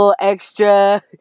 extra